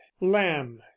lamb